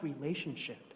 relationship